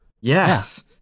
Yes